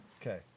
Okay